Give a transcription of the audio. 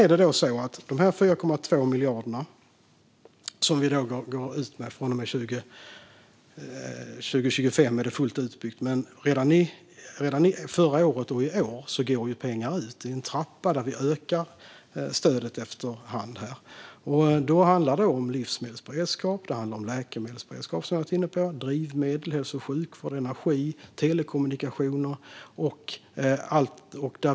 Stödet från de 4,2 miljarderna ska vara fullt utbyggt 2025. Men redan sedan förra året, och i år, går pengar ut i en trappa där vi ökar stödet efter hand. Det handlar om livsmedelsberedskap, läkemedelsberedskap, drivmedel, hälso och sjukvård, energi och telekommunikationer.